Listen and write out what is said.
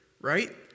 right